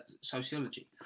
sociology